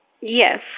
Yes